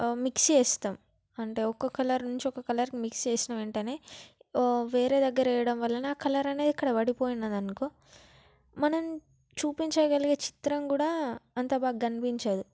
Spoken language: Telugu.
మిక్స్ చేస్తాం అంటే ఒక కలర్ నుంచి ఒక కలర్కి మిక్స్ చేసిన వెంటనే వేరే దగ్గర వేయడం వలన కలర్ అనేది ఇక్కడ పడిపోయింది అనుకో మనం చూపించగలిగే చిత్రం కూడా అంతా బాగా కనిపించదు